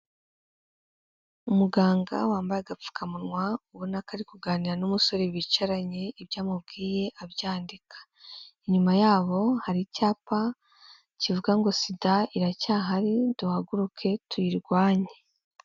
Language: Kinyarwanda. Umuganga wambaye agapfukamunwa, ubona ko ari kuganira n'umusore bicaranye ibyo amubwiye abyandika, inyuma yabo hari icyapa kivuga ngo "SIDA iracyahari, duhaguruke tuyirwanye".